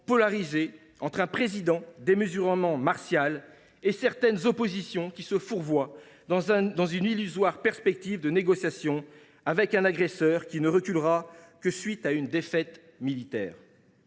polarisé entre un président démesurément martial et certaines oppositions qui se fourvoient dans une illusoire perspective de négociation avec un agresseur qui ne reculera qu’à la suite d’une défaite militaire.